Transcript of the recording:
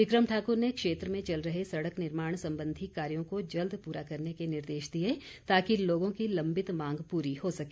विक्रम ठाकुर ने क्षेत्र में चल रहे सड़क निर्माण संबंधी कार्यों को जल्द पूरा करने के निर्देश दिए ताकि लोगों की लम्बित मांग पूरी हो सके